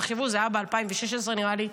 תחשבו, זה היה ב-2016, נראה לי.